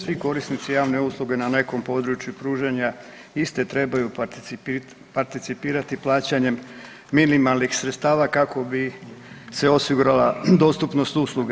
Svi korisnici javne usluge na nekom području pružanja iste trebaju participirati plaćanjem minimalnih sredstava kako bi se osigurala dostupnost usluga.